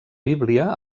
bíblia